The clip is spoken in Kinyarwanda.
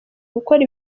gukora